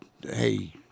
hey